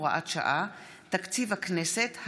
הוראת שעה) (תקציב הכנסת),